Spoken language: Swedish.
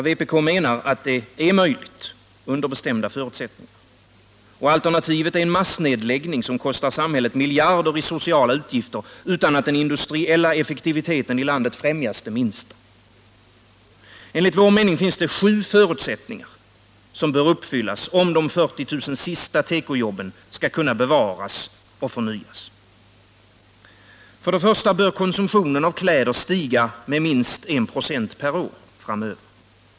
Vpk menar att det är möjligt, under bestämda förutsättningar. Alternativet är en massnedläggning, som kostar samhället miljarder i sociala utgifter utan att den industriella effektiviteten främjas det allra minsta. Enligt vår mening finns det sju förutsättningar som bör uppfyllas, om de 40 000 sista tekojobben skall kunna bevaras och förnyas. För det första bör konsumtionen av kläder stiga med minst 1 96 per år framöver.